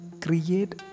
create